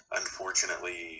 unfortunately